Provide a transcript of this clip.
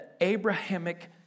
Abrahamic